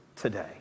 today